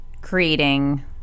creating